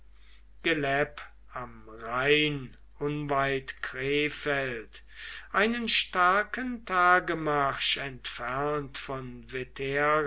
am rhein unweit krefeld einen starken tagemarsch entfernt von